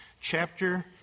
chapter